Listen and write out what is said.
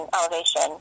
elevation